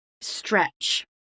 stretch